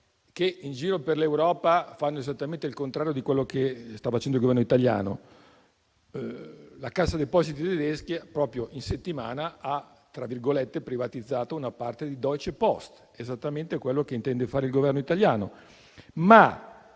che in giro per l'Europa fanno esattamente il contrario di quello che sta facendo il Governo italiano. La cassa depositi e prestiti tedesca proprio in settimana ha "privatizzato" una parte di Deutsche Post, esattamente quello che intende fare il Governo italiano, ma